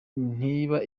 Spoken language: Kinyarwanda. ntiba